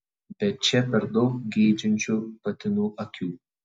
bet čia per daug geidžiančių patinų akių